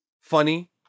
funny